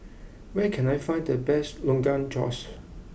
where can I find the best Rogan Josh